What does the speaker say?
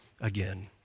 again